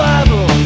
Bible